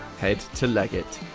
head to leggett!